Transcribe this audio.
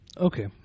Okay